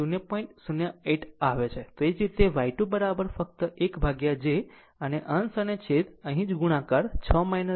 તો એ જ રીતે y 2 ફક્ત 1 ભાગ્યા j અને અંશ અને છેદ અહીં જ ગુણાકાર 6 j 8